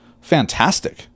fantastic